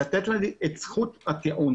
לתת לי את זכות הטיעון.